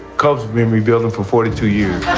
cause when we build and for forty two, you.